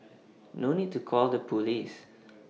no need to call the Police